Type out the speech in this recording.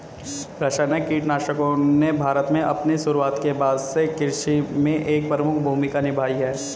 रासायनिक कीटनाशकों ने भारत में अपनी शुरुआत के बाद से कृषि में एक प्रमुख भूमिका निभाई है